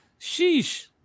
Sheesh